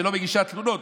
שלא מגישה תלונות,